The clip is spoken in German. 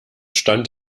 stand